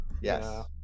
yes